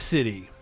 City